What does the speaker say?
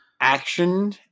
Action